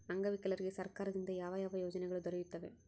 ಅಂಗವಿಕಲರಿಗೆ ಸರ್ಕಾರದಿಂದ ಯಾವ ಯಾವ ಯೋಜನೆಗಳು ದೊರೆಯುತ್ತವೆ?